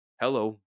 hello